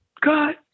God